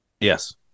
Yes